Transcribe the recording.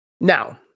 Now